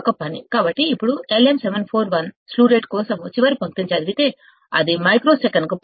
కాబట్టి ఇప్పుడు LM 741 slew rate కోసం చివరి పంక్తిని చదివితే అది మైక్రో సెకను కు 0